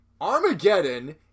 Armageddon